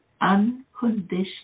unconditional